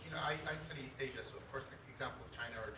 i study so of course, the example of china